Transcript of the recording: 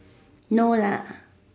no lah